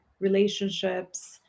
relationships